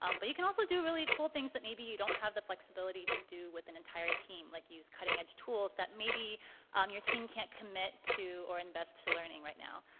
um but you can also do really cool things that maybe you don't have the flexibility to do with an entire team, like use cutting edge tools that maybe um your team can't commit to, or invest to learning right now.